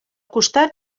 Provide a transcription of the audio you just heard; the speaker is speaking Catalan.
costat